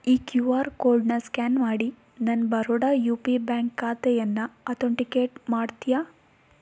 ಈ Q R ಕೋಡನ್ನು scan ಮಾಡಿ ನನ್ನ ಬರೋಡಾ ಯು ಪಿ ಬ್ಯಾಂಕ್ ಖಾತೆಯನ್ನು ಅಥೊನ್ಟಿಕೇಟ್ ಮಾಡ್ತೀಯಾ